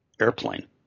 airplane